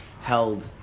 held